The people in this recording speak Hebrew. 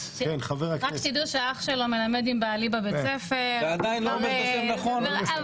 כמה שרים שהם אינם חברי כנסת היום יש שחסרים להם